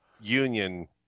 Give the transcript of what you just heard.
union